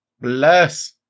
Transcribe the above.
Bless